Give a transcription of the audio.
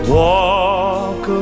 walk